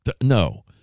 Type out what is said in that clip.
no